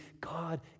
God